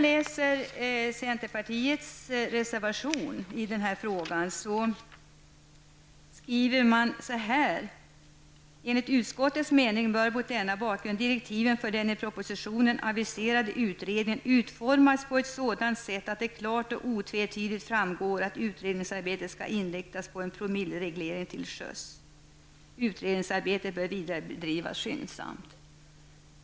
I centerns reservation 1, där denna fråga tas upp, står följande: ''Enligt utskottets mening bör mot denna bakgrund direktiven för den i propositionen aviserade utredningen utformas på ett sådant sätt att det klart och otvetydigt framgår att utredningsarbetet skall inriktas på en promillereglering till sjöss. Utredningsarbetet bör vidare bedrivas skyndsamt.''